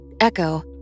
echo